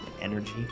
energy